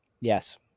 Yes